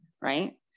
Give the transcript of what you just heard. right